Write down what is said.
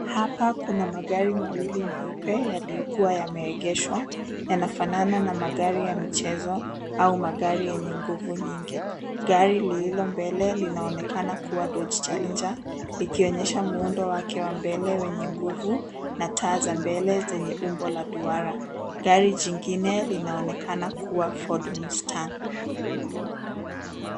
Hapa kuna magari mawili meupe yaliyokua yameegeshwa, yanafanana na magari ya michezo au magari yenye nguvu nyingi. Gari lililo mbele linaonekana kuwa dodge challenger likionyesha muundo wake wa mbele wenye nguvu na taa za mbele zenye umbo la duara. Gari jingine linaonekana kuwa ford mustang.